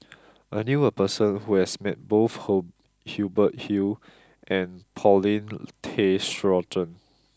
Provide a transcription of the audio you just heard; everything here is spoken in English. I knew a person who has met both Hubert Hill and Paulin Tay Straughan